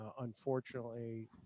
Unfortunately